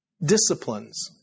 Disciplines